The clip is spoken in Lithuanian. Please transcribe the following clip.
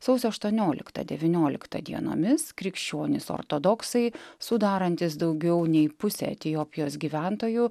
sausio aštuonioliktą devynioliktą dienomis krikščionys ortodoksai sudarantys daugiau nei pusę etiopijos gyventojų